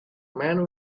man